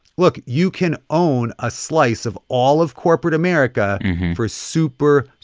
look you can own a slice of all of corporate america for super,